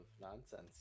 nonsense